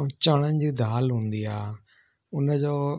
ऐं चणनि जी दाल हूंदी आहे उन जो